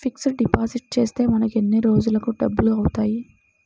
Fixed deposit చేస్తే మనకు ఎన్ని రోజులకు డబల్ అవుతాయి?